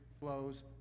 flows